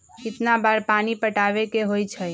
कितना बार पानी पटावे के होई छाई?